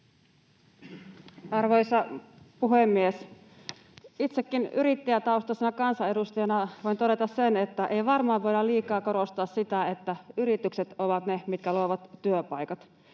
Arvoisa puhemies! Itsekin yrittäjätaustaisena kansanedustajana voin todeta sen, että ei varmaan voida liikaa korostaa sitä, että yritykset ovat ne, jotka luovat työpaikat.